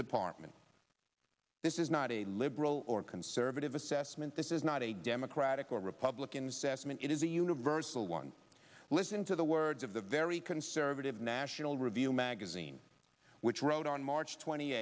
department this is not a liberal or conservative assessment this is not a democratic or republicans estimate it is a universal one listen to the words of the very conservative national review magazine which wrote on march twenty